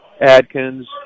Adkins